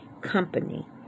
company